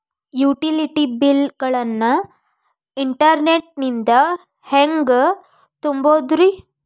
Utility bill ಗಳನ್ನ internet ನಿಂದ ಹೆಂಗ್ ತುಂಬೋದುರಿ?